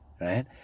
right